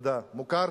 מוכר.